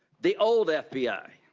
the old f b i.